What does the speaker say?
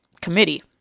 committee